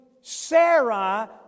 Sarah